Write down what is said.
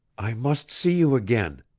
i must see you again,